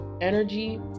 energy